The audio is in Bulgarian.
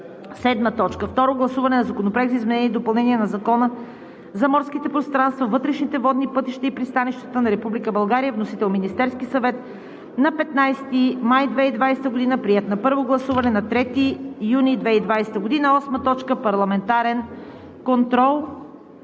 2020 г. 7. Второ гласуване на Законопроекта за изменение и допълнение на Закона за морските пространства, вътрешните водни пътища и пристанищата на Република България. Вносител – Министерският съвет, на 15 май 2020 г. Приет на първо гласуване на 3 юни 2020 г. 8. Парламентарен контрол.“